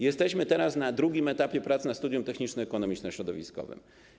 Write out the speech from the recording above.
Jesteśmy teraz na drugim etapie prac, to studium techniczno-ekonomiczno-środowiskowe.